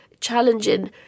challenging